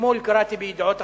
אתמול קראתי ב"ידיעות אחרונות"